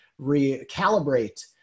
recalibrate